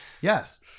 Yes